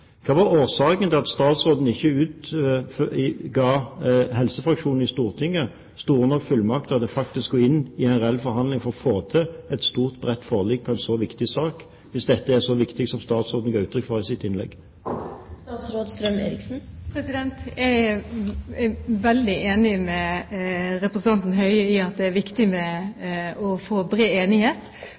Hva var årsaken til at statsråden ikke ga helsefraksjonen i Stortinget store nok fullmakter til faktisk å gå inn i reelle forhandlinger for å få til et stort, bredt forlik på en så viktig sak, hvis dette er så viktig som statsråden ga uttrykk for i sitt innlegg? Jeg er veldig enig med representanten Høie i at det er viktig å få bred enighet.